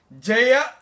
Jaya